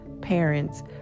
parents